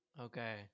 Okay